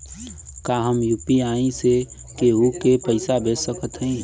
का हम यू.पी.आई से केहू के पैसा भेज सकत हई?